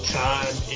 time